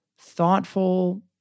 thoughtful